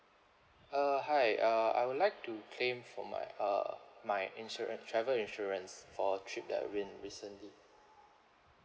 uh hi uh I would like to claim for my uh my insurance travel insurance for a trip that I've been recently